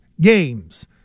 games